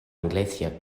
iglesia